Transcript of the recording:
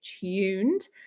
tuned